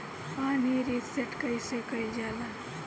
Pin reset कईसे करल जाला?